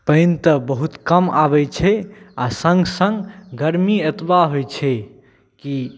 पानि तऽ बहुत कम आबै छै आओर सङ्ग सङ्ग गरमी एतबा होइ छै कि